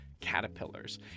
caterpillars